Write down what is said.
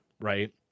right